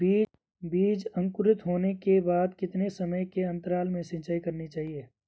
बीज अंकुरित होने के बाद कितने समय के अंतराल में सिंचाई करनी चाहिए?